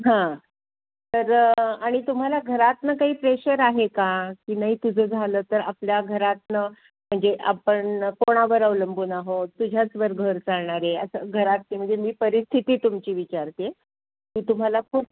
हां तर आणि तुम्हाला घरातनं काही प्रेशर आहे का की नाही तुझं झालं तर आपल्या घरातनं म्हणजे आपण कोणावर अवलंबून आहोत तुझ्याचवर घर चालणार आहे असं घरातले म्हणजे मी परिस्थिती तुमची विचारते की तुम्हाला खूप